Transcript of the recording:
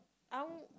I'd